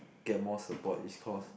get more support is cause